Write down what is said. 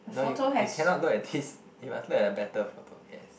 no you you cannot look at this you must look at a better photo yes